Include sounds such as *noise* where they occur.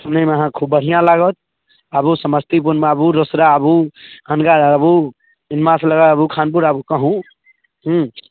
सुनैमे अहाँके खूब बढ़िआँ लागत आबू समस्तीपुरमे आबू रोसड़ा आबू खनगा आबू *unintelligible* मे आबू खानपुर आबू कहूँ हुँ